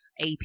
AP